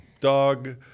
dog